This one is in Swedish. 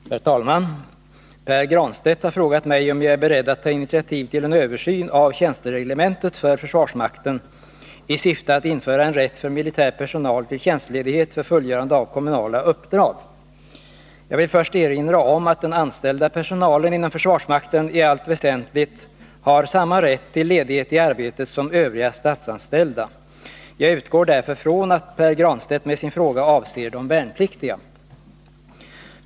Herr talman! Pär Granstedt har frågat mig om jag är beredd att ta initiativ till en översyn av tjänstereglementet för försvarsmakten i syfte att införa en Jag vill först erinra om att den anställda personalen inom försvarsmakten i allt väsentligt har samma rätt till ledighet i arbetet som övriga statsanställda. Jag utgår därför från att Pär Granstedt med sin fråga avser de värnpliktiga.